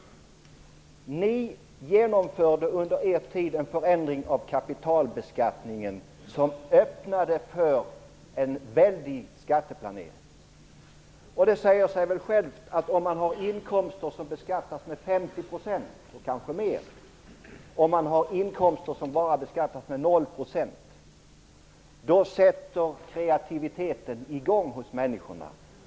Ni genomförde under er tid en förändring av kapitalbeskattningen som öppnade för en väldig skatteplanering. Det säger sig självt att om man har inkomster som beskattas med 50 % och kanske mer medan andra inkomster beskattas med 0 %, då sätter kreativiteten i gång hos människorna.